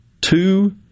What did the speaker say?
two